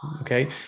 Okay